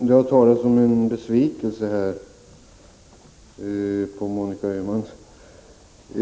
Herr talman! Det har talats om besvikelse över Monica Öhman.